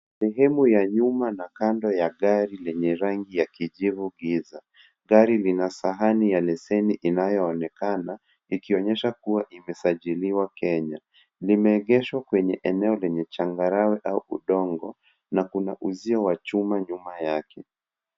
Sehemu ya nyuma na kando ya gari lenye rangi ya kijivu giza gari lina sahani ya leseni inayoonekana ikionyesha kuwa imesajiliwa Kenya limeegeshwa kwenye eneo lenye changarawe au udongo na kuna uzio wa chuma nyuma yake.